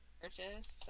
purchase